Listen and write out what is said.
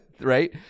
right